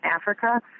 Africa